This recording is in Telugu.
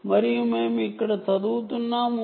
మరియు మేము ఇక్కడ చదువుతున్నాము